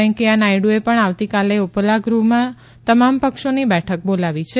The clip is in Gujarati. વેકૈથા નાયડુએ પણ આવતીકાલે ઉપલાગૃહમાં તમામ પક્ષોની બેઠક બોલાવી છે